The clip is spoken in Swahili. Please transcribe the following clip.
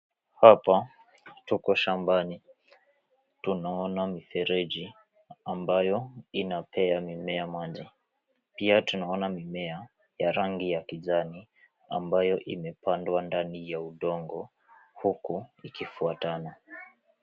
Hapa tuko shambani tunaona mifereji ambayo inapea mimea maji pia tunaona mimea ya rangi ya kijani ambayo imepandwa ndani ya udongo huku ikifuatana .